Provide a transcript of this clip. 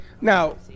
Now